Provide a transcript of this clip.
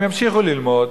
הם ימשיכו ללמוד,